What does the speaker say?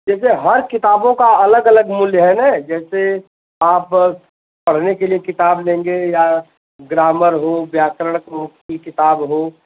कृपया हर किताबों का अलग अलग मूल्य है न जैसे आप पढ़ने के लिए किताब लेंगे या ग्रामर हो व्याकरण की काँपी किताब हो